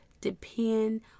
depend